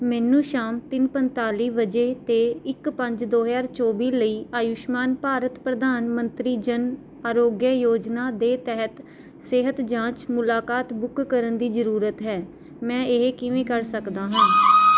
ਮੈਨੂੰ ਸ਼ਾਮ ਤਿੰਨ ਪੰਤਾਲੀ ਵਜੇ 'ਤੇ ਇੱਕ ਪੰਜ ਦੋ ਹਜ਼ਾਰ ਚੌਵੀ ਲਈ ਆਯੁਸ਼ਮਾਨ ਭਾਰਤ ਪ੍ਰਧਾਨ ਮੰਤਰੀ ਜਨ ਆਰੋਗਯ ਯੋਜਨਾ ਦੇ ਤਹਿਤ ਸਿਹਤ ਜਾਂਚ ਮੁਲਾਕਾਤ ਬੁੱਕ ਕਰਨ ਦੀ ਜ਼ਰੂਰਤ ਹੈ ਮੈਂ ਇਹ ਕਿਵੇਂ ਕਰ ਸਕਦਾ ਹਾਂ